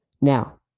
Now